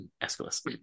Aeschylus